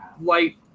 light